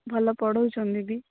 ଭଲ ପଢ଼ୋଉଛନ୍ତି ବି